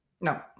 no